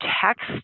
text